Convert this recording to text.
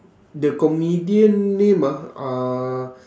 the comedian name ah uh